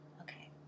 Okay